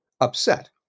upset